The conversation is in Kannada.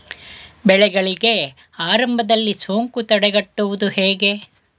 ಬೆಳೆಗಳಿಗೆ ಆರಂಭದಲ್ಲಿ ಸೋಂಕು ತಡೆಗಟ್ಟುವುದು ಹೇಗೆ?